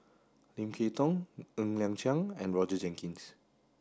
Lim Kay Tong Ng Liang Chiang and Roger Jenkins